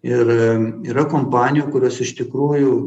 ir yra kompanijų kurios iš tikrųjų